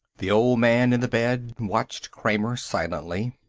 the old man in the bed watched kramer silently.